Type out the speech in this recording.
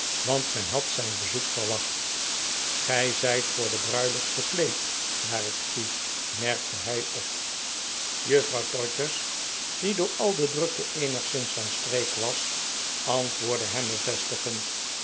want men had zijn bezoek verwacht gij zijt voor de bruiloft gekleed naar ik zie merkte hij op charity's trouwdag juffrouw todgers die door al de drukte eenigszins van streek was antwoordde hem bevestigend